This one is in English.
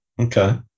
Okay